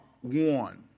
one